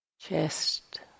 chest